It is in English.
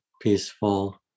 peaceful